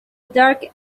dark